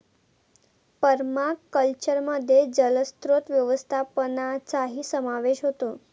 पर्माकल्चरमध्ये जलस्रोत व्यवस्थापनाचाही समावेश होतो